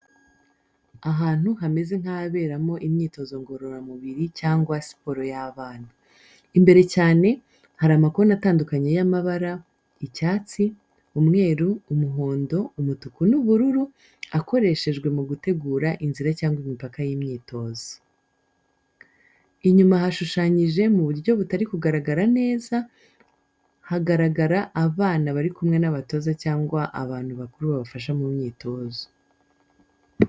Ahantu hameze nk’ahaberamo imyitozo ngororamubiri cyangwa siporo y’abana. Imbere cyane, hari amakona atandukanye y’amabara: icyatsi, umweru, umuhondo, umutuku, n’ubururu, akoreshejwe mu gutegura inzira cyangwa imipaka y’imyitozo. Inyuma, hashushanyije mu buryo butari kugaragara neza, hagaragara abana bari kumwe n’abatoza cyangwa abantu bakuru babafasha mu myitozo.